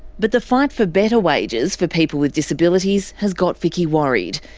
but the fight for better wages for people with disabilities has got vicki worried.